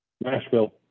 Nashville